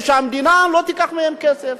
שהמדינה לא תיקח מהם כסף.